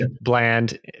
bland